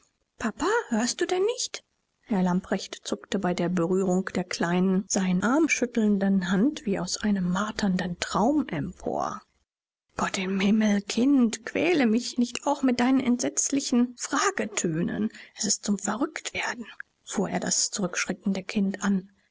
papa hörst du denn nicht herr lamprecht zuckte bei der berührung der kleinen seinen arm schüttelnden hand wie aus einem marternden traum empor gott im himmel kind quäle mich nicht auch mit deinen entsetzlichen fragetönen es ist zum verrücktwerden fuhr er das zurückschreckende kind an